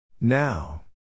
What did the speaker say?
Now